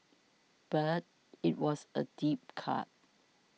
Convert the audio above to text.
but it was a deep cut